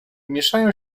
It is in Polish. mieszają